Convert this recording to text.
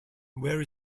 where